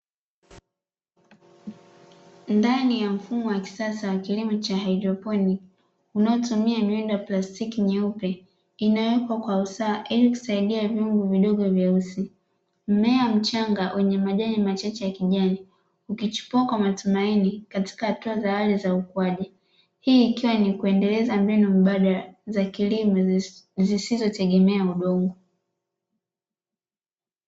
Ndani ya mfumo wa kisasa wa kilimo cha haidroponi unaotumia miundo wa plastiki nyeupe inayowekwa kwa usawa ili kusaidia vyungu vidogo vyeusi, mmea mchanga wenye majani machache ya kijani ukichipua kwa matumaini katika hatua za awali za ukuaji. Hii ikiwa ni kuendeleza mbinu mbadala za kilimo zisizo tegemea udongo.